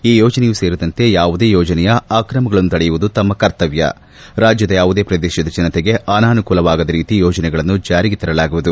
ಈ ಯೋಜನೆಯೂ ಸೇರಿದಂತೆ ಯಾವುದೇ ಯೋಜನೆಯ ಆಕ್ರಮಗಳನ್ನು ತಡೆಯುವುದು ತಮ್ಮ ಕರ್ತಮ್ಯ ರಾಜ್ಯದ ಯಾವುದೇ ಪ್ರದೇಶದ ಜನತೆಗೆ ಅನಾನುಕೂಲವಾಗದ ರೀತಿ ಯೋಜನೆಗಳನ್ನು ಜಾರಿಗೆ ತರಲಾಗುವುದು